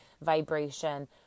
vibration